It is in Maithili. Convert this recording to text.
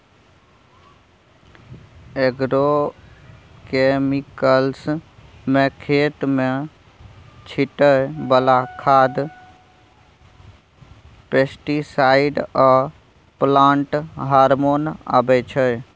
एग्रोकेमिकल्स मे खेत मे छीटय बला खाद, पेस्टीसाइड आ प्लांट हार्मोन अबै छै